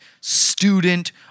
student